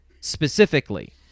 specifically